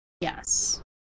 Yes